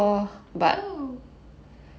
oh